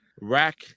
rack